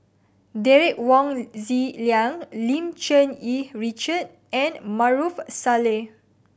Derek Wong Zi Liang Lim Cherng Yih Richard and Maarof Salleh